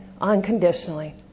unconditionally